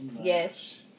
Yes